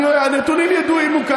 הנתון הוא 1.6 מיליארד.